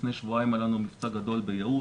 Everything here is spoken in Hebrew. לפני שבועיים היה לנו מבצע גדול ביהוד,